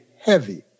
heavy